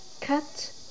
Cut